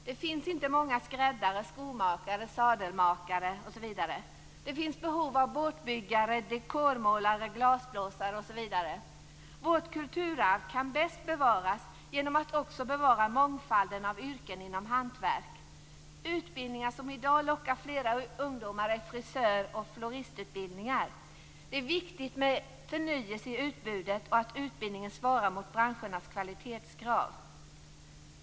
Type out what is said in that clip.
Det finns inte många skräddare, skomakare, sadelmakare osv. Det finns behov av båtbyggare, dekormålare, glasblåsare osv. Vårt kulturarv kan bäst bevaras genom att också mångfalden av hantverksyrken bevaras. Utbildningar som i dag lockar flera ungdomar är frisör och floristutbildningar. Det är viktigt med förnyelse i utbudet och att utbildningen svarar mot branschernas kvalitetskrav.